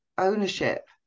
ownership